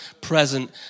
present